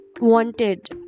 wanted